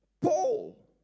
Paul